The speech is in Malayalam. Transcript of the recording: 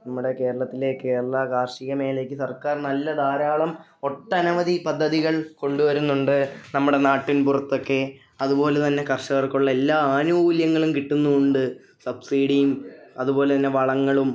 നമ്മുടെ കേരളത്തിലെ കേരള കാർഷിക മേഖലക്ക് സർക്കാർ നല്ല ധാരാളം ഒട്ടനവധി പദ്ധതികൾ കൊണ്ട് വരുന്നുണ്ട് നമ്മുടെ നാട്ടിൻ പുറത്തൊക്കെ അതുപോലെ തന്നെ കർഷകർക്കുള്ള എല്ലാ ആനുകൂല്യങ്ങളും കിട്ടുന്നുവുണ്ട് സബ്സിഡിയും അതുപോലെ തന്നെ വളങ്ങളും